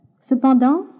Cependant